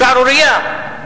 שערורייה.